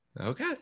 okay